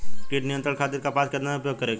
कीट नियंत्रण खातिर कपास केतना उपयोग करे के चाहीं?